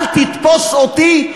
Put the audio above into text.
אל תתפסו אותי,